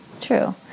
true